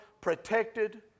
protected